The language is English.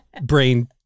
brain